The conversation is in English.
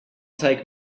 take